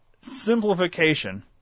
simplification